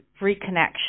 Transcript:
reconnection